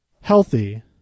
healthy